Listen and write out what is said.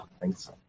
thanks